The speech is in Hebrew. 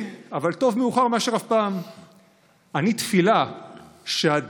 אז אני פונה מכאן